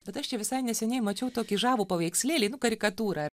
bet aš čia visai neseniai mačiau tokį žavų paveikslėlį nu karikatūrą